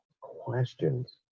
Questions